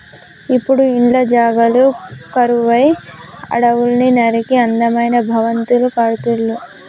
ఇప్పుడు ఇండ్ల జాగలు కరువై అడవుల్ని నరికి అందమైన భవంతులు కడుతుళ్ళు